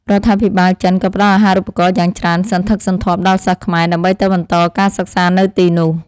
រដ្ឋាភិបាលចិនក៏ផ្តល់អាហារូបករណ៍យ៉ាងច្រើនសន្ធឹកសន្ធាប់ដល់សិស្សខ្មែរដើម្បីទៅបន្តការសិក្សានៅទីនោះ។